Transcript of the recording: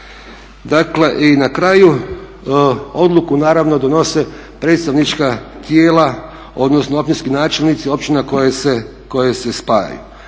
Dakle, i na kraju odluku naravno donose predstavnička tijela, odnosno općinski načelnici općina koje se spajaju.